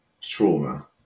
trauma